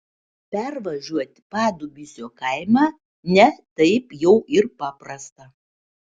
pervažiuot padubysio kaimą ne taip jau ir paprasta